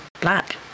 black